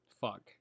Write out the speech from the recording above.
Fuck